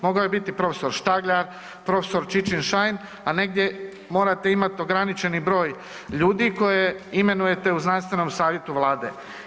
Mogao je biti prof. Štagljar, prof. Čičin Šain, a negdje morate imati ograničeni broj ljudi imenujete u znanstvenom savjetu Vlade.